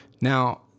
Now